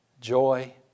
joy